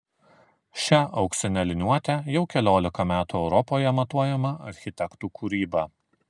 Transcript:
šia auksine liniuote jau keliolika metų europoje matuojama architektų kūryba